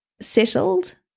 settled